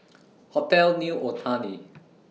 Hotel New Otani